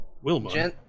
Wilma